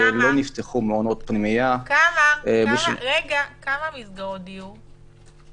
כמה מסגרות דיור?